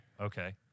Okay